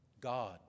God